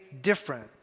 different